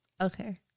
Okay